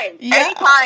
Anytime